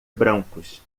brancos